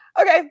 Okay